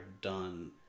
done